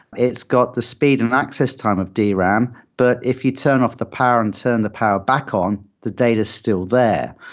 it's got the speed and access time of dram, but if you turn off the power and turn the power back on, the data is still there.